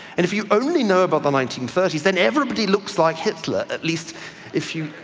and if you only know about the nineteen thirty s, then everybody looks like hitler at least if you,